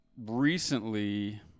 recently